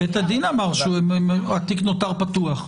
בית הדין אמר שהתיק נותר פתוח.